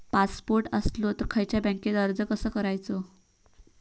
Passport असलो तर खयच्या बँकेत अर्ज कसो करायचो?